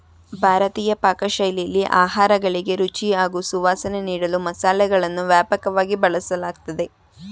ಭಾರತೀಯ ಪಾಕಶೈಲಿಲಿ ಆಹಾರಗಳಿಗೆ ರುಚಿ ಹಾಗೂ ಸುವಾಸನೆ ನೀಡಲು ಮಸಾಲೆಗಳನ್ನು ವ್ಯಾಪಕವಾಗಿ ಬಳಸಲಾಗ್ತದೆ